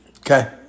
Okay